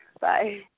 Bye